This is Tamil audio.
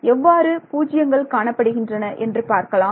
எவ்வாறு 0 காணப்படுகிறது என்று பார்க்கலாம்